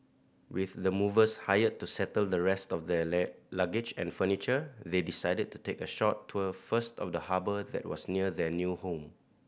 with the movers hired to settle the rest of their luggage and furniture they decided to take a short tour first of the harbour that was near their new home